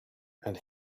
and